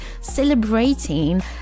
celebrating